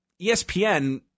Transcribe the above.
ESPN